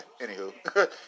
anywho